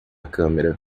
câmera